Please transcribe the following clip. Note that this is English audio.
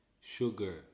sugar